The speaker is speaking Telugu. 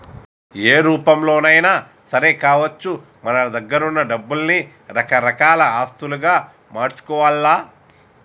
ఏ రూపంలోనైనా సరే కావచ్చు మన దగ్గరున్న డబ్బుల్ని రకరకాల ఆస్తులుగా మార్చుకోవాల్ల